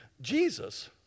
Jesus